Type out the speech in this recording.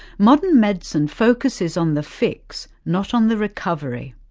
modern medicine focuses on the fix, not on the recovery.